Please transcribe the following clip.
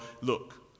look